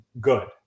good